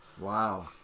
Wow